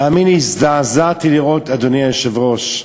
תאמין לי, הזדעזעתי לראות, אדוני היושב-ראש.